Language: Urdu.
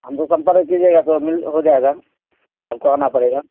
ہم تو سمپرک کیجیے گا تو مل ہو جائے گا سب کو آنا پڑے گا